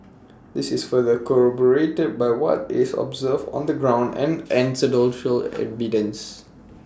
this is further corroborated by what is observed on the ground and evidence